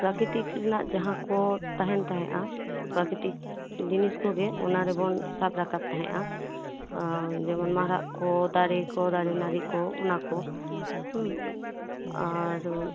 ᱯᱨᱟᱠᱨᱤᱛᱤᱠ ᱨᱮᱱᱟᱜ ᱡᱟᱦᱟᱸ ᱠᱚ ᱛᱟᱦᱮᱸᱱ ᱛᱟᱦᱮᱸᱱᱟ ᱯᱨᱟᱠᱨᱤᱛᱤᱠ ᱡᱤᱱᱤᱥ ᱠᱚᱜᱮ ᱚᱱᱟ ᱨᱮᱵᱚᱱ ᱥᱟᱵ ᱨᱟᱠᱟᱵ ᱛᱟᱦᱮᱱᱟ ᱡᱮᱢᱚᱱ ᱢᱟᱨᱟᱜ ᱠᱚ ᱫᱟᱨᱮ ᱠᱚ ᱫᱟᱨᱮ ᱱᱟᱹᱲᱤ ᱠᱚ ᱚᱱᱟᱠᱚ ᱦᱩᱸ ᱟᱨ